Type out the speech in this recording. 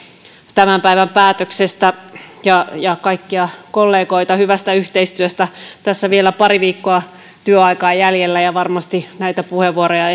tämän päivän päätöksestä ja ja kaikkia kollegoita hyvästä yhteistyöstä tässä on vielä pari viikkoa työaikaa jäljellä ja varmasti näitä puheenvuoroja